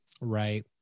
Right